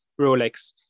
Rolex